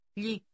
Gli